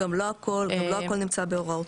צריך לחדד את זה, גם לא הכול נמצא בהוראות